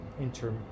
inter